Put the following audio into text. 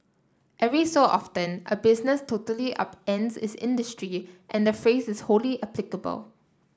every so often a business totally upends its industry and the phrase is wholly applicable